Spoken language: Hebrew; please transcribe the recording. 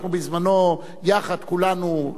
אנחנו בזמנו, יחד, כולנו,